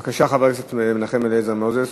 בבקשה, חבר הכנסת מנחם אליעזר מוזס.